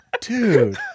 Dude